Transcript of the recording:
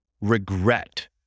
regret